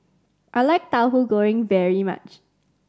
I like Tahu Goreng very much